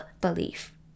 belief